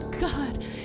god